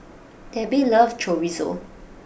Debbie loves Chorizo